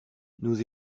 nous